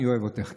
אני אוהב אותך.